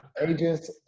agents